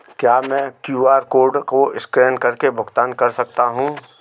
क्या मैं QR code को स्कैन करके भुगतान कर सकता हूं?